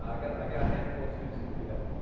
i got i got a handful of students who did that.